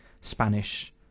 spanish